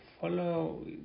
follow